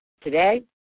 today